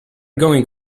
going